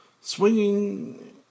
Swinging